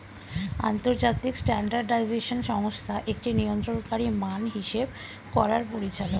আন্তর্জাতিক স্ট্যান্ডার্ডাইজেশন সংস্থা একটি নিয়ন্ত্রণকারী মান হিসেব করার পরিচালক